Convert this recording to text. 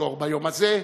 נזכור ביום הזה,